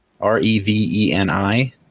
R-E-V-E-N-I